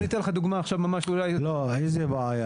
אני אתן לך דוגמא עכשיו --- לא, איזו בעיה?